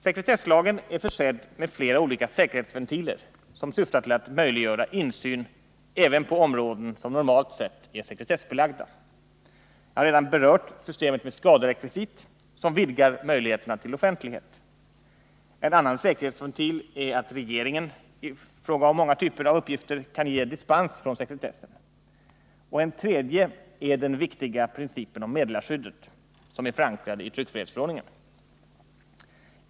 Sekretesslagen är försedd med flera olika säkerhetsventiler som syftar till att möjliggöra insyn även på områden som normalt sett är sekretessbelagda. Jag har redan berört systemet med skaderekvisit, som vidgar möjligheterna till offentlighet. En annan säkerhetsventil är att regeringen i fråga om många typer av uppgifter kan ge dispens från sekretessen, och en tredje är den viktiga principen om meddelarskyddet, som är förankrad i tryckfrihetsförordningen.